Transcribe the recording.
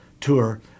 tour